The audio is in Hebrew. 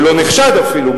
ולא נחשד אפילו,